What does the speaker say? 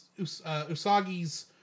Usagi's